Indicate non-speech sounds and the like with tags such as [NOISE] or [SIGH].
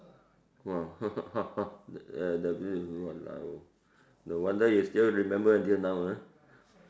!wah! [LAUGHS] uh the bill is !walao! no wonder you still remember until now ah